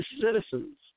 citizens